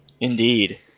Indeed